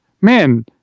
Man